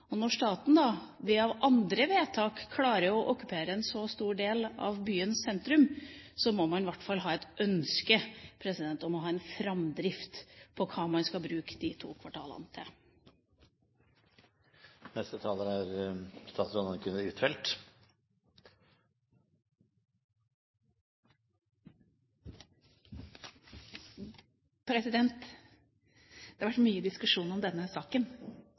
Når staten via andre vedtak klarer å okkupere en så stor del av byens sentrum, må man i hvert fall ha et ønske om å ha en framdrift for hva man skal bruke de to kvartalene til. Det har vært mye diskusjon om denne saken.